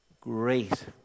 Great